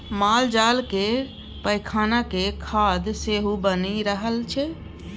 मालजालक पैखानाक खाद सेहो बनि रहल छै